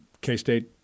K-State –